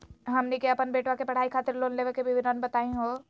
हमनी के अपन बेटवा के पढाई खातीर लोन के विवरण बताही हो?